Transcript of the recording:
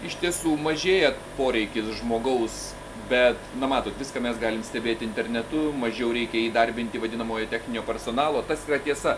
iš tiesų mažėja poreikis žmogaus bet na matot viską mes galim stebėti internetu mažiau reikia įdarbinti vadinamojo techninio personalo tas yra tiesa